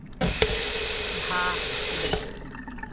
हा हा बिल्कुलु